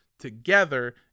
Together